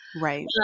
Right